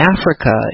Africa